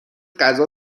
غذا